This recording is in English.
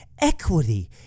Equity